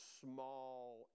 small